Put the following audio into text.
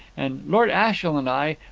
and lord ashiel and i,